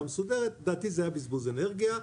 מסודרת לדעתי זה היה בזבוז אנרגיה.